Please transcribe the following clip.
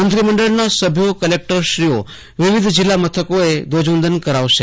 મંત્રીમંડળના સભ્યો કલેક્ટરશ્રીઓ વિવિધ જિલ્લા મથકોએ ધ્વજવંદન કરાવશે